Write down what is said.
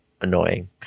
annoying